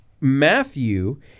Matthew